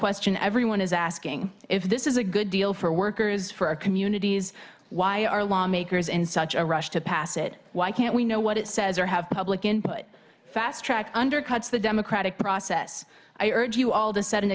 question everyone is asking if this is a good deal for workers for our communities why are lawmakers in such a rush to pass it why can't we know what it says or have public input fast tracked undercuts the democratic process i urge you all to set an